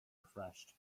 refreshed